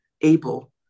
able